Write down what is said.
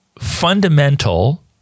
fundamental